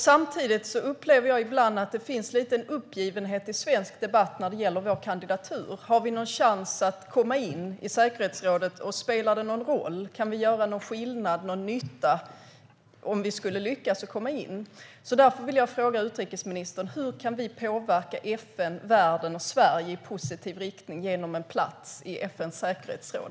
Samtidigt upplever jag ibland att det finns en uppgivenhet i svensk debatt när det gäller vår kandidatur. Har vi någon chans att komma in i säkerhetsrådet? Spelar det någon roll? Kan vi göra någon skillnad eller nytta om vi skulle lyckas komma in? Jag vill därför fråga utrikesministern: Hur kan vi påverka FN, världen och Sverige i positiv riktning genom en plats i FN:s säkerhetsråd?